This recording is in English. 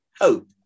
hope